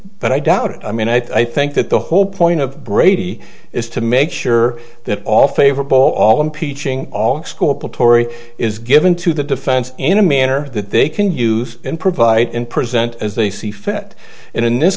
but i doubt it i mean i think that the whole point of brady is to make sure that all favorable all impeaching all school is given to the defense in a manner that they can use and provide and present as they see fit and in this